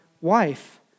wife